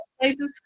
places